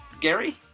Gary